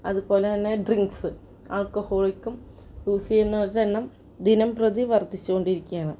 അതുപോലെ തന്നെ ഡ്രിങ്ക്സ് ആൾക്കഹോൾക്കും യൂസ് ചെയ്യുന്നവരുടെ എണ്ണം ദിനം പ്രതി വർദ്ധിച്ചു കൊണ്ടിരിക്കുകയാണ്